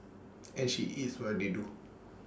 and she eats what they do